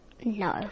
No